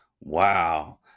Wow